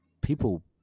people